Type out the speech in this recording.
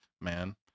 man